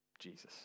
Jesus